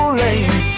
lame